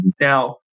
Now